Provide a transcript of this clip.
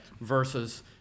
Versus